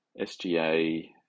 SGA